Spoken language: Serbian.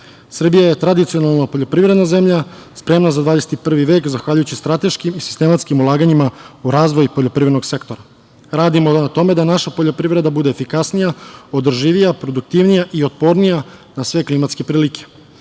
je tradicionalna poljoprivredna zemlja, spremna za 21. vek zahvaljujući strateškim i sistematskim ulaganjima u razvoj poljoprivrednog sektora. Radimo na tome da naša poljoprivreda bude efikasnija, održivija, produktivnija i otpornija na sve klimatske prilike. Prema